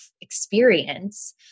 experience